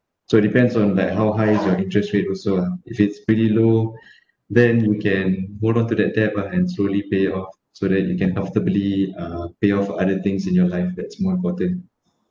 so depends on that how high your interest rate also ah if it's pretty low then we can hold on to the debt ah and slowly pay off so that you can comfortably uh pay off for other things in your life that's more important